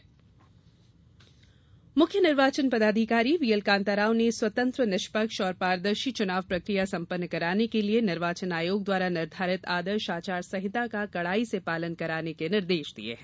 चुनाव निर्देश मुख्य निर्वाचन पदाधिकारी व्हीएल कांताराव ने स्वतंत्र निष्पक्ष और पारदर्शी चुनाव प्रक्रिया संपन्न कराने के लिए निर्वाचन आयोग द्वारा निर्धारित आदर्श आचार संहिता का कड़ाई से पालन कराने के निर्देश दिए हैं